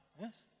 Yes